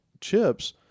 chips